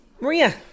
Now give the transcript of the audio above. Maria